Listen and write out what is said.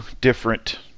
different